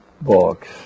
books